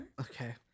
Okay